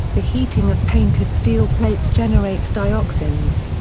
the heating of painted steel plates generates dioxins.